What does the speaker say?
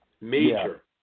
Major